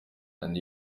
and